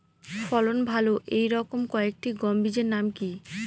ফলন ভালো এই রকম কয়েকটি গম বীজের নাম কি?